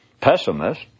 pessimist